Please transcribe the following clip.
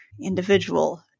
individual